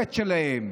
מהמשכורת שלהן.